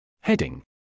heading